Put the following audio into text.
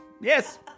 Yes